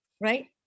right